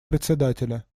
председателя